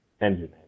engine